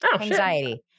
Anxiety